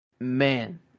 Man